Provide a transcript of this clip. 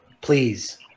please